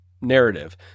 narrative